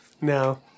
No